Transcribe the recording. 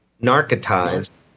narcotized